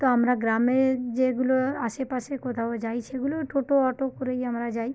তো আমরা গ্রামের যেগুলো আশেপাশে কোথাও যাই সেগুলো টোটো অটো করেই আমরা যাই